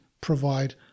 provide